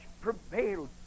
prevailed